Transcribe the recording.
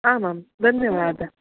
आमां धन्यवादः